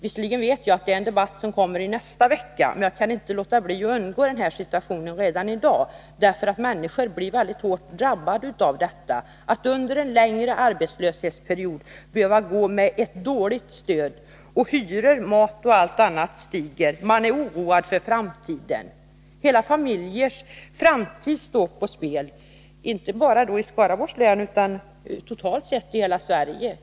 Visserligen vet jag att det är en debatt som kommer i nästa vecka, men jag kan inte undgå att beröra den här situationen redan i dag, för människor blir mycket hårt drabbade av att under en längre arbetslöshetsperiod behöva gå med ett dåligt understöd. Kostnaderna för hyror, mat och allt annat stiger, och man oroas för framtiden. Hela familjers framtid står på spel, inte bara i Skaraborgs län, utan totalt sett i hela Sverige.